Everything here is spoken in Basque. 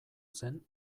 zen